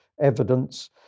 evidence